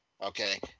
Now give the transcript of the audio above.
Okay